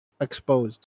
exposed